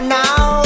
now